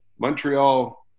Montreal